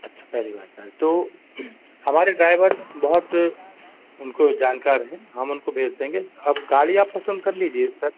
अच्छा पहली बार जा रहे तो हमारे ड्राइवर बहुत उनको जानकार हैं हम उनको भेज देंगे अब गाड़ी आप पसंद कर लीजिए सर